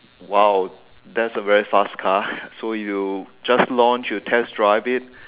!wow! that's a very fast car so you just launch you test drive it